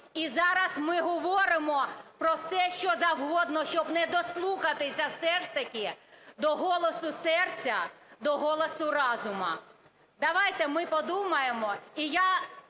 і зараз ми говоримо про все що завгодно, щоб недослухатися все ж таки до голосу серця, до голосу розуму. Давайте ми подумаємо.